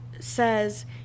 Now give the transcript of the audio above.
says